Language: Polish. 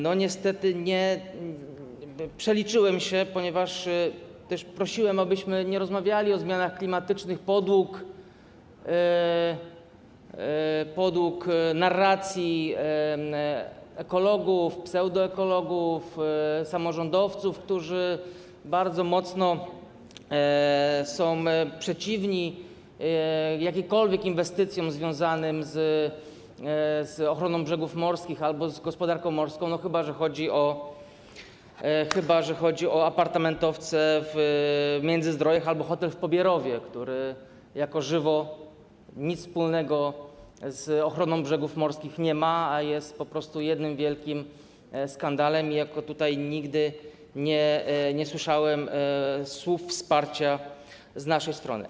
Niestety przeliczyłem się, ponieważ też prosiłem, abyśmy nie rozmawiali o zmianach klimatycznych podług narracji ekologów, pseudoekologów, samorządowców, którzy bardzo mocno są przeciwni jakimkolwiek inwestycjom związanym z ochroną brzegów morskich albo z gospodarką morską - chyba że chodzi o apartamentowce w Międzyzdrojach albo hotel w Pobierowie, który jako żywo nic wspólnego z ochroną brzegów morskich nie ma, a jest po prostu jednym wielkim skandalem, i tutaj nigdy nie słyszałem słów wsparcia z naszej strony.